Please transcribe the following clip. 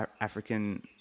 African